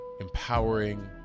empowering